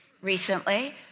recently